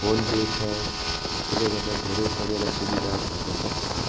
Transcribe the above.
phone pay छ यसले गर्दा धेरै सबैलाई सुविधा भएको छ